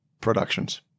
Productions